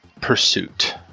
pursuit